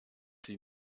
sie